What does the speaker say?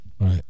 Right